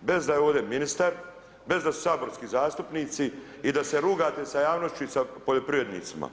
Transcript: bez da je ovdje ministar, bez da su saborski zastupnici i da se rugate sa javnošću i sa poljoprivrednicima.